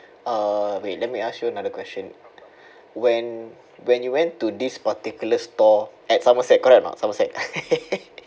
uh wait let me ask you another question when when you went to this particular store at somerset correct or not somerset